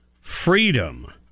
freedom